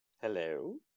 Hello